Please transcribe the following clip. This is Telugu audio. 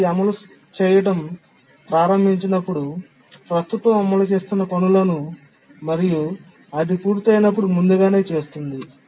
ఇది అమలు చేయడం ప్రారంభించినప్పుడు ప్రస్తుతం అమలు చేస్తున్న పనులను మరియు అది పూర్తయినప్పుడు ముందుగానే చేస్తుంది